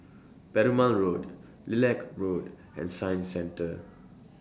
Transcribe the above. Perumal Road Lilac Road and Science Centre